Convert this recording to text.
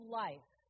life